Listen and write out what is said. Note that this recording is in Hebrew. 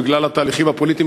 בגלל התהליכים הפוליטיים,